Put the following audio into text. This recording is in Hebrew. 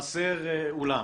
חסר אולם.